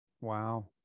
wow